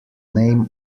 name